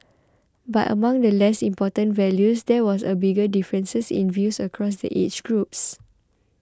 but among the less important values there was a bigger difference in views across the age groups